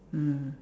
mm